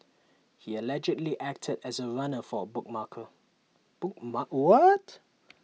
he allegedly acted as A runner for A bookmaker book mark what